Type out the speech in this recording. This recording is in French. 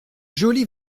jolie